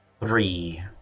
three